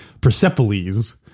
Persepolis